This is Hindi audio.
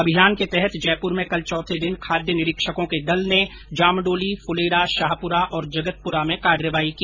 अभियान के तहत जयपुर में कल चौथे दिन खाद्य निरीक्षकों के दल ने जामडोली फ्लेरा शाहपुरा और जगतपुरा में कार्यवाही की